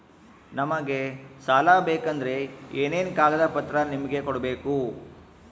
ನಮಗೆ ಸಾಲ ಬೇಕಂದ್ರೆ ಏನೇನು ಕಾಗದ ಪತ್ರ ನಿಮಗೆ ಕೊಡ್ಬೇಕು?